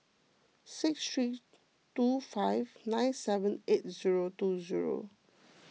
six three two five nine seven eight zero two zero